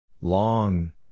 Long